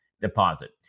deposit